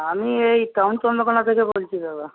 আমি এই টাউন চন্দ্রকোণা থেকে বলছি দাদা